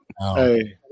Hey